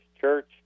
church